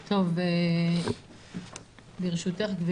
ברשותך,